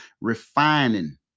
refining